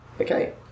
Okay